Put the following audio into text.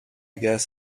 guess